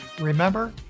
Remember